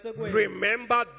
Remember